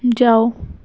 جاؤ